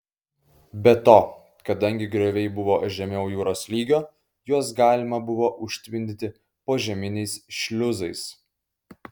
be to kadangi grioviai buvo žemiau jūros lygio juos galima buvo užtvindyti požeminiais šliuzais